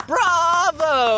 Bravo